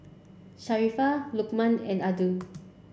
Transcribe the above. Safiya Lokman and Adi